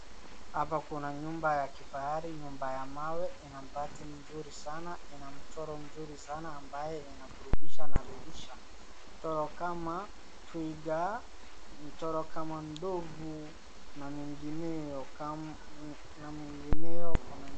Hapa kuna nyumba ya kifahari, nyumba ya mawe, ina bati mzuri sana, ina mchoro mzuri sana ambayo inaburudisha na inaridhisha, mchoro kama twiga, mchoro kama ndovu na mengineo.